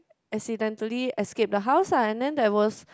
accidentally escape the house ah and then there was